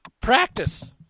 practice